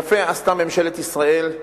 יפה עשתה ממשלת ישראל,